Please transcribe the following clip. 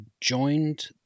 joined